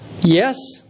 yes